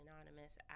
anonymous